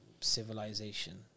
civilization